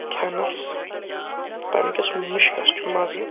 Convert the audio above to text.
کھٮ۪نَس تَمہِ کِس مُشکَس چھُ مَزٕ